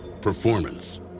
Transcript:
Performance